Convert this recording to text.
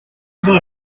tipyn